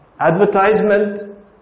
Advertisement